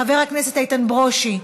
חבר הכנסת איתן ברושי,